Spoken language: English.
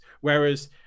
Whereas